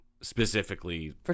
specifically